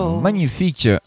magnifique